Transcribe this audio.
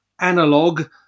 analog